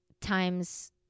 times